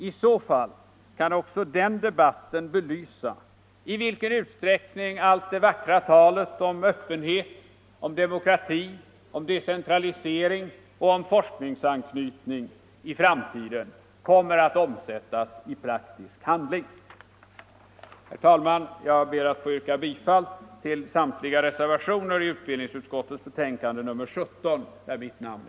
I så fall kan också den debatten belysa i vilken utsträckning det vackra talet om öppenhet, demokrati, decentralisering och forskningsanknytning i framtiden kommer att omsättas i praktisk handling. Herr talman! Jag ber att få yrka bifall till samtliga reservationer i utbildningsutskottets betänkande nr 17 som jag har undertecknat.